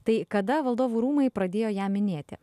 tai kada valdovų rūmai pradėjo ją minėti